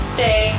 Stay